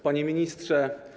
Panie Ministrze!